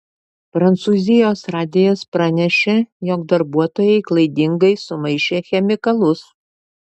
prancūzijos radijas pranešė jog darbuotojai klaidingai sumaišė chemikalus